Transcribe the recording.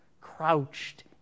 crouched